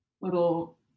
little